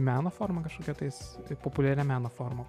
meno forma kažkokia tais populiaria meno forma